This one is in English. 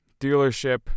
dealership